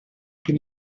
can